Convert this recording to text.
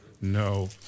No